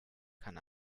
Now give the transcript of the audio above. kann